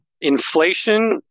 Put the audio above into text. Inflation